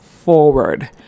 Forward